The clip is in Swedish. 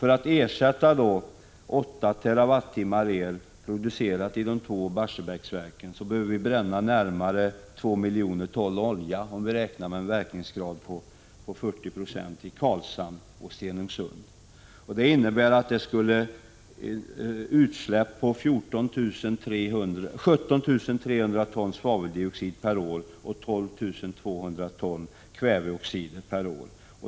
För att ersätta 8 TWh el producerad i de två Barsebäcksverken behöver vi bränna närmare 2 miljoner ton olja i Karlshamn och Stenungsund, om vi räknar med en verkningsgrad på 40 96. Det innebär utsläpp på 17 300 ton svaveldioxid och 12 200 ton kväveoxid per år.